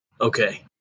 Okay